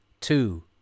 two